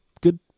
good